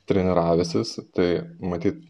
treniravęsis tai matyt